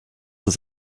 ist